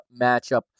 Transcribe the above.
matchup